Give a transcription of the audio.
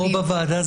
בכל מקרה,